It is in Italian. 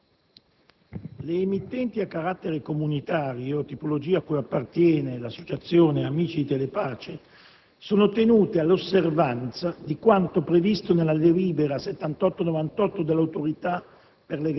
le emittenti a carattere comunitario - tipologia cui appartiene l'Associazione Amici di Telepace - sono tenute all'osservanza di quanto previsto nella delibera n. 78/98 dell'Autorità